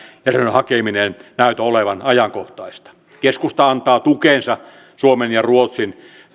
hakeminen näytä olevan ajankohtaista keskusta antaa tukensa suomen ja ruotsin